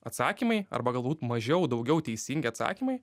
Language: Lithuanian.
atsakymai arba galbūt mažiau daugiau teisingi atsakymai